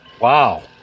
Wow